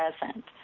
present